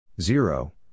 zero